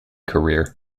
career